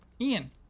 Ian